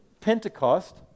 Pentecost